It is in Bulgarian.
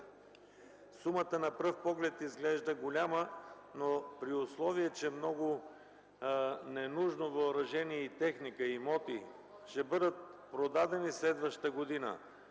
На пръв поглед сумата изглежда голяма, но, при условие че много ненужно въоръжение, техника и имоти ще бъдат продадени следващата година,